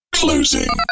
closing